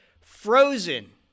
frozen